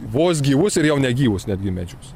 vos gyvus ir jau negyvus netgi medžius